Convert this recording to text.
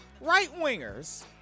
Right-wingers